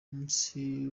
umunsi